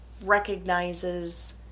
recognizes